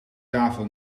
tafel